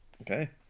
okay